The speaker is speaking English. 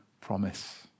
promise